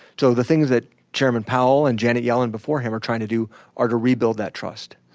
so the things that chairman powell and janet yellen before him are trying to do are to rebuild that trust